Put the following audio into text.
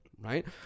right